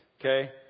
okay